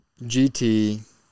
GT